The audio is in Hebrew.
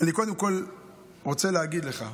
אני קודם כול רוצה להגיד לך: